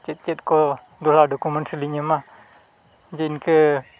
ᱪᱮᱫ ᱪᱮᱫ ᱠᱚ ᱫᱚᱦᱲᱟ ᱞᱤᱧ ᱮᱢᱟ ᱡᱮ ᱤᱱᱠᱟᱹ